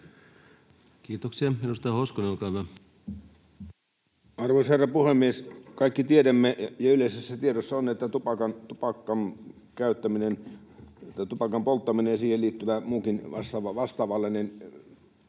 Kiitoksia. — Edustaja Hoskonen, olkaa hyvä. Arvoisa herra puhemies! Kaikki tiedämme ja yleisessä tiedossa on, että tupakan käyttäminen tai tupakan polttaminen ja siihen liittyvä muukin vastaavanlainen